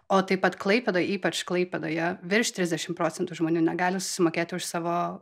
o taip pat klaipėdoj ypač klaipėdoje virš trisdešimt procentų žmonių negali susimokėti už savo